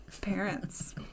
parents